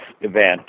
event